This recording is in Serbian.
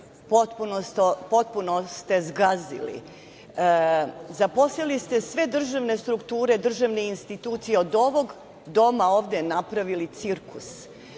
potpuno ste zgazili. Zaposlili ste sve državne strukture, državne institucije, od ovog doma ovde napravili cirkus,